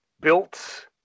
built